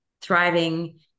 thriving